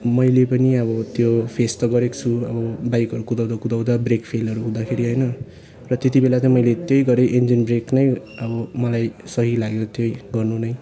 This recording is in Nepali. मैले पनि अब त्यो फेस त गरेको छु अब बाइकहरू कुदाउँदा कुदाउँदा ब्रेक फेलहरू हुँदाखेरि होइन र त्यतिबेला चाहिँ मैले त्यही गरेँ इन्जिन ब्रेक नै अब मलाई सही लाग्यो त्यही गर्नु नै